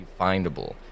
findable